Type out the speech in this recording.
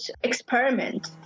experiment